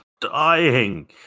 dying